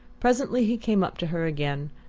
presently he came up to her again,